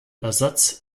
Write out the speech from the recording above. ersatz